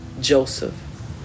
Joseph